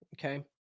okay